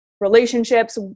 relationships